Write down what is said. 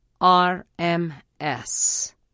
R-M-S